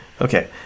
Okay